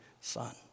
Son